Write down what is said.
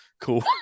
cool